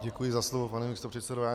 Děkuji za slovo, pane místopředsedo.